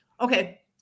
okay